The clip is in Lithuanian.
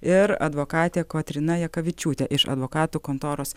ir advokatė kotryna jakavičiūtė iš advokatų kontoros